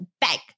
back